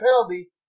penalty